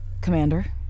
Commander